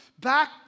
back